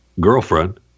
girlfriend